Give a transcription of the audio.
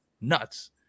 nuts